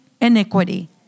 iniquity